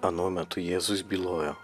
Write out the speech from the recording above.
anuo metu jėzus bylojo